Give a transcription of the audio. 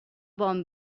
bon